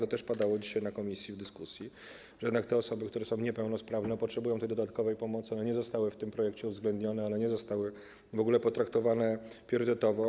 To też padało dzisiaj na posiedzeniu komisji i w dyskusji, że jednak te osoby, które są niepełnosprawne, a potrzebują dodatkowej pomocy, nie zostały w tym projekcie uwzględnione, one nie zostały w ogóle potraktowane priorytetowo.